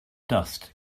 dust